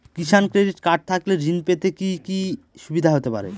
কিষান credit card থাকলে ঋণ পেতে কি কি সুবিধা হতে পারে?